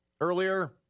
earlier